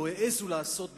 לא העזו לעשות,